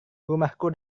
rumahku